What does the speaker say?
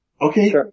Okay